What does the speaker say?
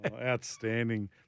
Outstanding